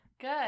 Good